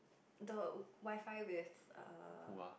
the WiFi with err